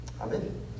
Amen